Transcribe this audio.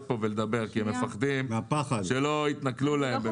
כאן ולדבר כי הם מפחדים שלא יתנכלו להם.